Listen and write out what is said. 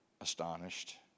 astonished